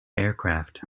aircraft